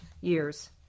years